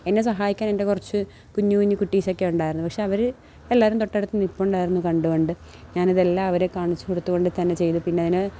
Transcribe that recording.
എന്നെ സഹായിക്കാൻ എൻ്റെ കുറച്ച് കുഞ്ഞ് കുഞ്ഞ് കുട്ടീസൊക്കെയുണ്ടായിരുന്നു പക്ഷേ അവര് എല്ലാവരും തൊട്ടടുത്ത് നില്പ്പുണ്ടായിരുന്നു കണ്ട് കൊണ്ട് ഞാൻ അതെല്ലാവരെയും കാണിച്ചുകൊടുത്ത് കൊണ്ടുതന്നെ ചെയ്തു പിന്നെ അതിന് ഫില്ലിങ്ങൊക്കെ